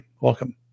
Welcome